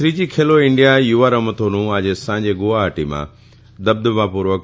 ત્રીજી ખેલો ઇન્ડિયા યુવા રમતોનું આજે સાંજે ગુવાહાટીમાં દબદબાપુર્વક